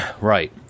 Right